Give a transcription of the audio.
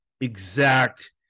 exact